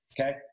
Okay